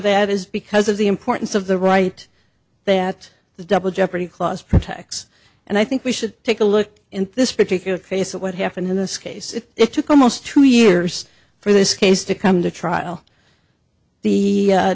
that is because of the importance of the right that the double jeopardy clause protects and i think we should take a look in this particular case of what happened in this case it took almost two years for this case to come to trial the